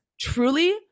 truly